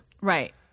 Right